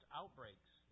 outbreaks